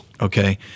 Okay